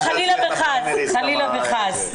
חלילה וחס.